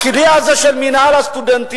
הכלי הזה של מינהל הסטודנטים,